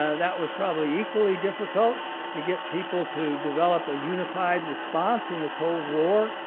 ah that was probably equally difficult to get people to develop a unified response in the cold war,